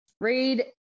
Read